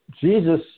Jesus